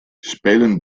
spelen